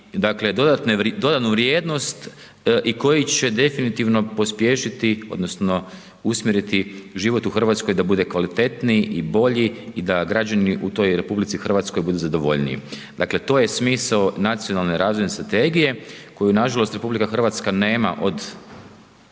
dodatnu vrijednost i koji će definitivno pospješiti odnosno usmjeriti život u Hrvatskoj da bude kvalitetniji i bolji i da građani u toj RH budu zadovoljniji. Dakle, to je smisao Nacionalne razvojne strategije koju nažalost RH nema od